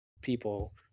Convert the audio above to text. people